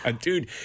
dude